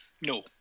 No